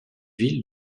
ville